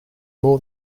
more